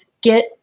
get